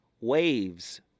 waves